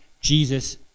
Jesus